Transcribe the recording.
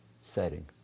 setting